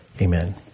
Amen